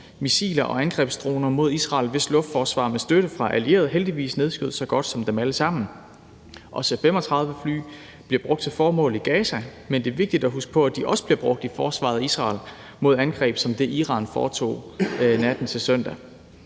missiler og angrebsdroner mod Israel, hvis luftforsvar med støtte fra allierede heldigvis nedskød så godt som dem alle sammen. Også A-35-fly bliver brugt til formål i Gaza, men det er vigtigt at huske på, at de også bliver brugt i forsvaret af Israel mod angreb som det, Iran foretog natten til søndag.